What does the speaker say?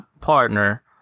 partner